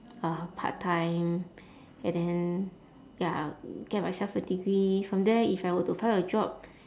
uh part-time and then ya get myself a degree from there if I were to find a job